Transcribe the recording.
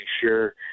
sure